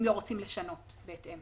אם לא רוצים לשנות בהתאם.